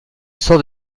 sorte